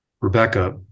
Rebecca